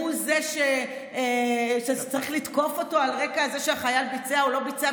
זה שצריך לתקוף אותו על רקע זה שהחייל ביצע או לא ביצע,